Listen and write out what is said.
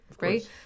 right